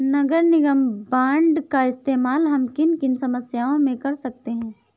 नगर निगम बॉन्ड का इस्तेमाल हम किन किन समस्याओं में कर सकते हैं?